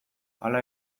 hala